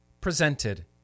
presented